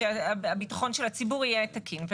ושהביטחון של הציבור יהיה תקין.